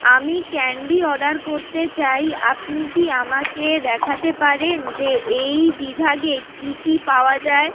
আমি candy order করতে চাই আপনি কি আমাকে দেখাতে পারেন যে এই বিভাগে কী কী পাওয়া যায়